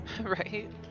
Right